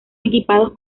equipados